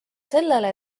sellele